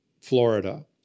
Florida